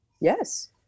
yes